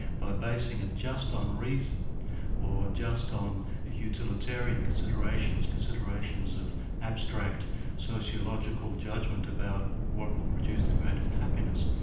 by basing it just on reason or just on utilitarian considerations, considerations of abstract sociological judgment about what will produce the greatest happiness,